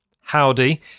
howdy